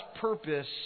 purpose